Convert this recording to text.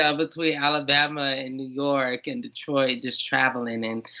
ah between alabama and new york. and detroit. just traveling. and,